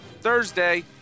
Thursday